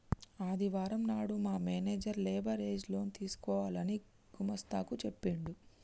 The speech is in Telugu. ఆదివారం నాడు మా మేనేజర్ లేబర్ ఏజ్ లోన్ తీసుకోవాలని గుమస్తా కు చెప్పిండు